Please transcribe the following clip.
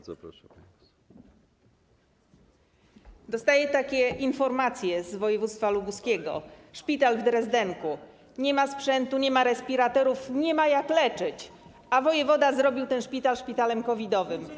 Dostaję takie informacje z województwa lubuskiego: szpital w Drezdenku - nie ma sprzętu, nie ma respiratorów, nie ma jak leczyć, a wojewoda zrobił ten szpital szpitalem COVID-owym.